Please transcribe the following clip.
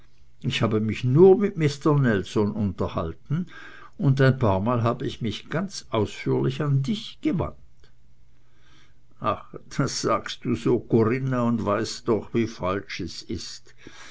ich habe mich nur mit mister nelson unterhalten und ein paarmal hab ich mich ganz ausführlich an dich gewandt ach das sagst du so corinna und weißt doch wie falsch es ist